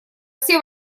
все